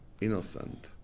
innocent